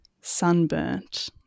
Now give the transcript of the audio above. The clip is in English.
sunburnt